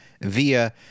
via